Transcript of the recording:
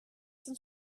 some